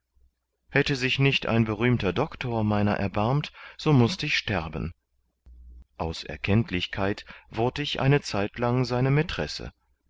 hätte sich nicht ein berühmter doctor meiner erbarmt so mußt ich sterben aus erkenntlichkeit wurd ich eine zeitlang seine mätresse